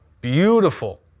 beautiful